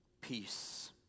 peace